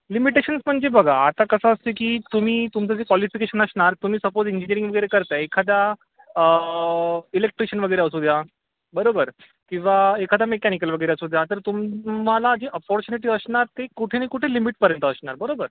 limitations म्हणजे बघा आता कसं असतं की तुम्ही तुमचं जे कॉलिफिकेशन असणार तुम्ही सपोज इंजिनीअरिंग वगैरे करत आहे एखादा इलेक्ट्रीशीयन वगैरे असू द्या बरोबर किंवा एखादा मेकॅनिकल वगैरे असू द्या तर तुम तुम्हाला जी अपॉर्च्युनिटी असणार ती कुठे ना कुठे लिमिटपर्यंत असणार बरोबर